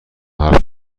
حرف